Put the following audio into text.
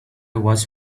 was